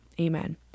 Amen